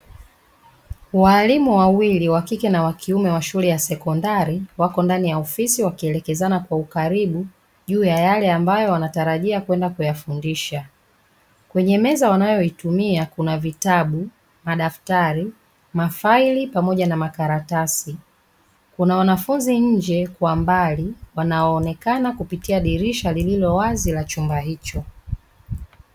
Walimu wawili, wa kike na wa kiume, wa shule ya sekondari, wako ndani ya ofisi wakielekezana kwa ukaribu juu ya yale ambayo wanatarajia kwenda kuyafundisha. Kwenye meza wanayoitumia kuna vitabu, madaftari, mafaili pamoja na makaratasi. Kuna wanafunzi nje, kwa mbali, wanaoonekana kupitia dirisha lililo wazi la chumba hicho.